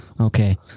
Okay